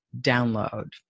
download